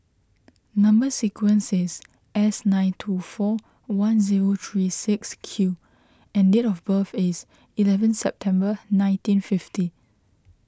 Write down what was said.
Number Sequence is S nine two four one zero three six Q and date of birth is eleven September nineteen fifty